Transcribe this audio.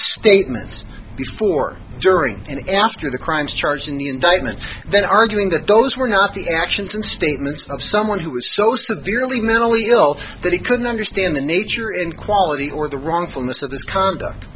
statements before during and after the crimes charged in the indictment then arguing that those were not the actions and statements of someone who was so severely mentally ill that he couldn't understand the nature and quality or the wrongfulness of this conduct